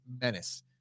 menace